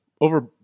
Over